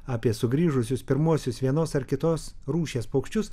apie sugrįžusius pirmuosius vienos ar kitos rūšies paukščius